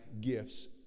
gifts